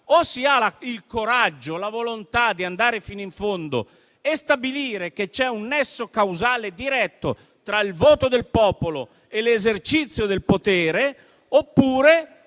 o si ha il coraggio e la volontà di andare fino in fondo e stabilire che c'è un nesso causale diretto tra il voto del popolo e l'esercizio del potere, oppure